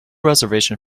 reservation